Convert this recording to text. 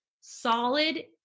solid